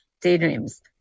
daydreams